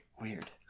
Weird